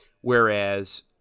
Whereas